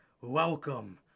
Welcome